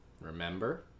remember